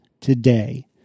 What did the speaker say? today